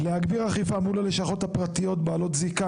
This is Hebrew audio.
להגביר אכיפה מול הלשכות הפרטיות בעלות זיקה